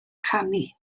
canu